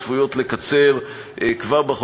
וצפוי שכל הפעולות האלה יקצרו כבר בחודשים